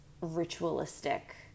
ritualistic